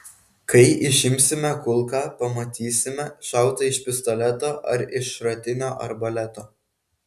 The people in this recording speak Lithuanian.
kai išimsime kulką pamatysime šauta iš pistoleto ar iš šratinio arbaleto